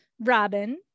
Robin